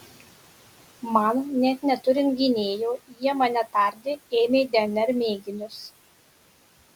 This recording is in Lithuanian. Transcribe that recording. man net neturint gynėjo jie mane tardė ėmė dnr mėginius